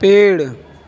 पेड़